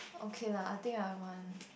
okay lah I think I want